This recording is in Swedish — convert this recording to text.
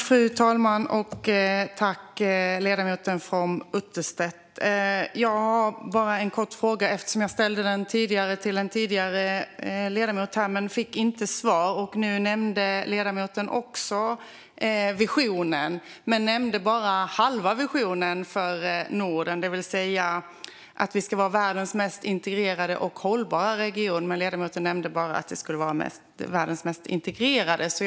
Fru talman och ledamoten From Utterstedt! Jag har bara en kort fråga, som jag ställde till en ledamot som talade tidigare här men utan att få svar. Nu nämnde också ledamoten From Utterstedt visionen för Norden, det vill säga att vi ska vara världens mest integrerade och hållbara region. Men hon nämnde bara halva visionen - att det ska vara världens mest integrerade region.